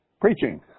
preaching